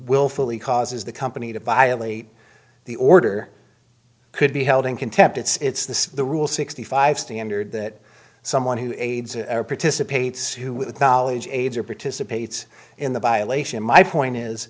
willfully causes the company to violate the order could be held in contempt it's this the rule sixty five standard that someone who aids or participates who with knowledge aids or participates in the violation my point is